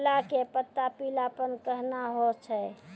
केला के पत्ता पीलापन कहना हो छै?